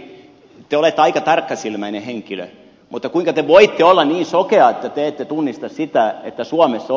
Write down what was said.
edustaja skinnari te olette aika tarkkasilmäinen henkilö mutta kuinka te voitte olla niin sokea että te ette tunnista sitä että suomessa